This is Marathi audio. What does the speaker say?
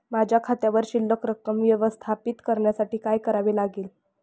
माझ्या खात्यावर शिल्लक रक्कम व्यवस्थापित करण्यासाठी काय करावे लागेल?